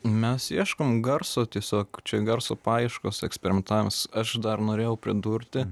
mes ieškom garso tiesiog čia garso paieškos eksperimentams aš dar norėjau pridurti